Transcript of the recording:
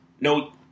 No